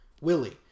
Willie